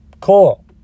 cool